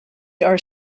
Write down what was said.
are